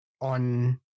on